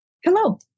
Hello